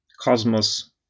cosmos